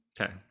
Okay